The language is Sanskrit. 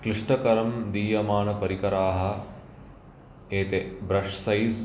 क्लिष्टकरं दीयमानपरिकराः एते ब्रश् सैज्